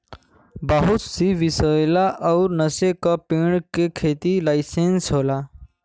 बहुत सी विसैला अउर नसे का पेड़ के खेती के लाइसेंस होला